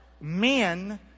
men